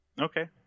Okay